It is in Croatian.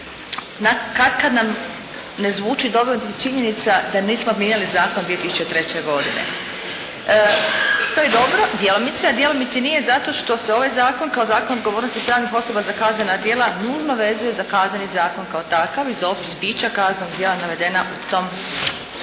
katkad nam ne zvuči dobro činjenica da nismo mijenjali zakon 2003. godine. To je dobro djelomice, a djelomice i nije zato što se ovaj zakon kao Zakon o odgovornosti pravnih osoba za kaznena djela nužno vezuje za Kazneni zakon kao takav … /Ne razumije se./ … kaznena djela navedena u tom